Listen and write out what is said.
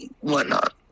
whatnot